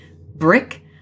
brick